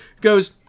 goes